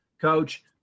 Coach